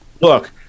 look